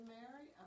Mary